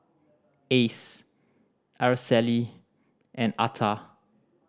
Ace Araceli and Atha